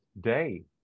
day